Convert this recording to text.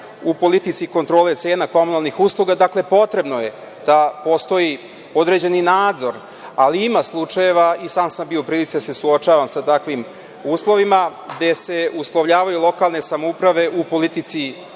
u politici kontrole cena komunalnih usluga, dakle, potrebno je da postoji određeni nadzor, ali ima slučajeva, i sam sam bio u prilici da se suočavam sa takvim uslovima, gde se uslovljavaju lokalne samouprave u politici